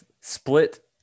Split